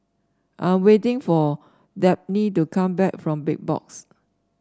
I'm waiting for Dabney to come back from Big Box